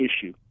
issue